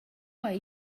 way